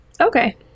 okay